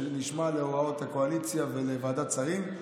שנשמע להוראות הקואליציה ולוועדת השרים,